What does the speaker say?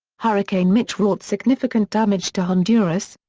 hurricane mitch wrought significant damage to honduras,